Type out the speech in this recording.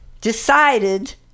decided